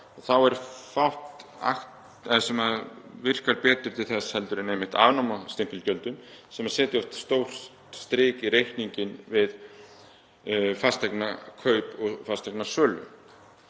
Það er fátt sem virkar betur til þess heldur en einmitt afnám á stimpilgjöldum sem setja oft stórt strik í reikninginn við fasteignakaup og fasteignasölu.